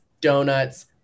donuts